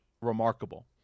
remarkable